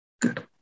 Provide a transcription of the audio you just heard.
Good